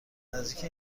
نزدیک